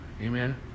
Amen